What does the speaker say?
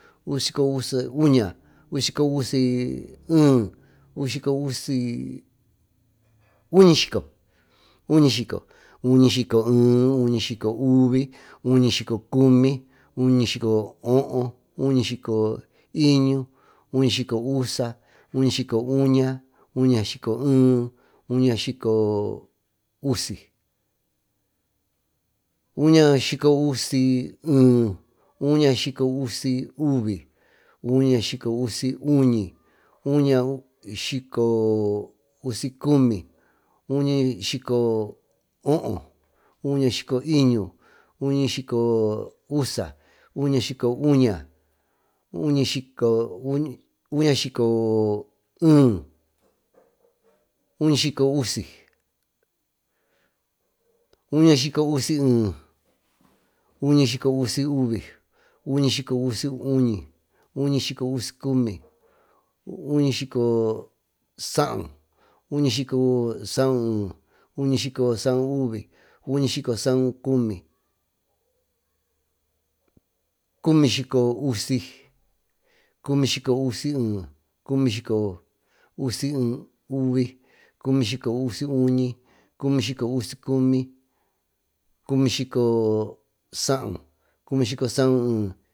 Uñasyicousy, uñasyicousye, uñasyicousyuvi, uñasyicousyuñi, uñasyicousycumi, uñasyicosanu, unasyicosaaue, unasyicosaauvi, unasyicosaauuñi, unasyicosaaucumi, cuñisyicousi, cumisyicousiuvi, cumisyicousyuñy, cumisycousycumi.